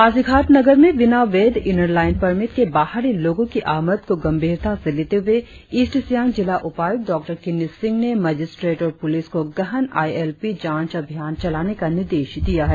पासीघाट नगर में बिना वैध इनर लाइन पर्मिट के बाहरी लोगों की आमद को गंभीरता से लेते हुए ईस्ट सियांग जिला उपायुक्त डॉ किन्नी सिंह ने मजिस्ट्रेड और पुलिस को गहन आइ एल पी जांच अभियान चलाने का निर्देश दिया है